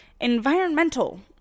environmental